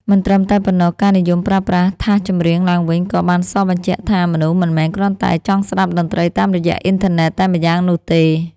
មិនត្រឹមតែប៉ុណ្ណោះ ការនិយមប្រើប្រាស់ថាសចម្រៀងឡើងវិញ ក៏បានសបញ្ជាក់ថា មនុស្សមិនមែនគ្រាន់តែចង់ស្តាប់តន្ត្រីតាមរយៈអ៊ីនធឺណិតតែម្យ៉ាងនោះទេ។